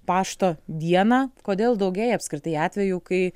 pašto dieną kodėl daugėja apskritai atvejų kai